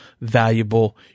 valuable